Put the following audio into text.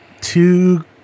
two